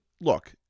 look